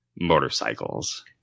motorcycles